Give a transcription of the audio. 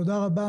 תודה רבה.